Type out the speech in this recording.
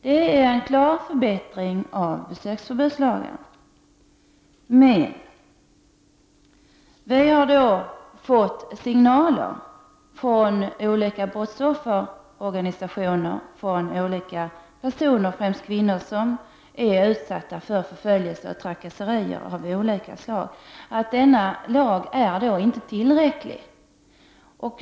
Det är en klar förbättring av besöksförbudslagen, men vi har sett signaler från olika brottsoffersorganisationer och från personer, främst kvinnor, som är utsatta för förföljelse och trakasserier av olika slag, om att denna lag inte är tillräcklig.